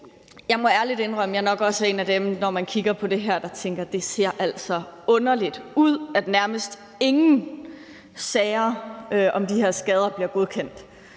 jeg kigger på det her, nok også er en af dem, der tænker, at det altså ser underligt ud, at nærmest ingen sager om de her skader bliver godkendt.